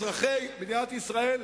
אזרחי מדינת ישראל,